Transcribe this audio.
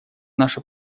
наша